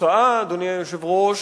אדוני היושב-ראש,